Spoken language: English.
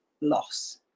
loss